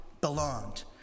belonged